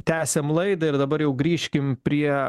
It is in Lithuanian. tęsiam laidą ir dabar jau grįžkim prie